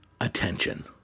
attention